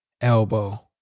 elbow